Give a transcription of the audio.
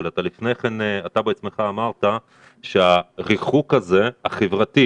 אבל לפני כן בעצמך אמרת שהריחוק החברתי הזה